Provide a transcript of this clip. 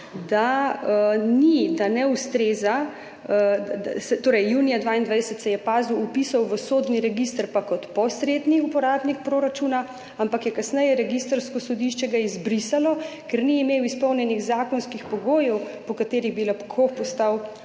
da ne ustreza. Torej, junija 2022 se je PAZU vpisal v sodni register kot posredni uporabnik proračuna, ampak ga je kasneje registrsko sodišče izbrisalo, ker ni imel izpolnjenih zakonskih pogojev, po katerih bi lahko postal